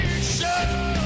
show